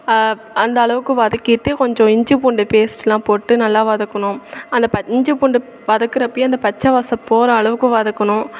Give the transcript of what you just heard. அந்த அளவுக்கு வதக்கிகிட்டு கொஞ்சம் இஞ்சி பூண்டு பேஸ்ட்லாம் போட்டு நல்லா வதக்கணும் அந்த பச் இஞ்சி பூண்டு வதக்கிறப்பயே அந்த பச்சை வாசம் போகிற அளவுக்கு வதக்கணும்